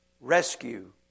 Rescue